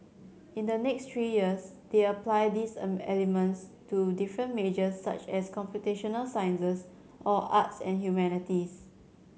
in the next three years they apply these elements to different majors such as computational sciences or arts and humanities